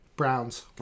Browns